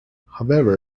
however